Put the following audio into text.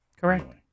Correct